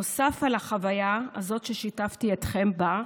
נוסף על החוויה הזאת, ששיתפתי אתכם בה,